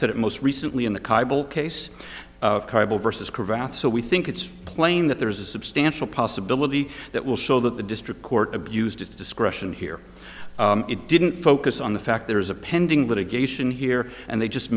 said it most recently in the kabul case versus korat so we think it's plain that there is a substantial possibility that will show that the district court abused its discretion here it didn't focus on the fact there is a pending litigation here and they just